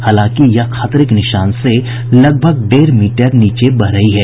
हालांकि यह खतरे के निशान से लगभग डेढ़ मीटर नीचे बह रही है